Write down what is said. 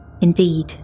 Indeed